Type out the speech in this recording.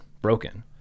broken